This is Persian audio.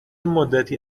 مدتی